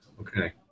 Okay